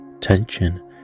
tension